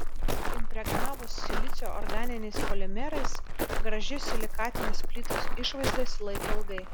impregnavus silicio organiniais polimerais graži silikatinės plytos išvaizda išsilaiko ilgai